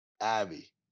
Abby